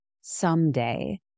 someday